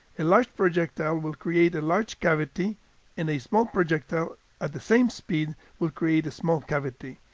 a large projectile will create a large cavity and a small projectile at the same speed will create a small cavity,